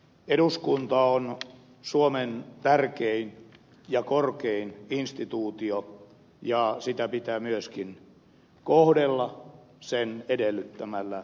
eduskunta on suomen tärkein ja korkein instituutio ja sitä pitää myöskin kohdella sen edellyttämällä arvokkuudella